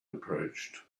approached